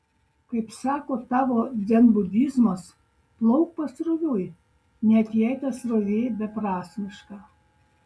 kaip sako tavo dzenbudizmas plauk pasroviui net jei ta srovė beprasmiška